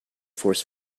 force